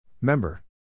Member